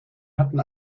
hatten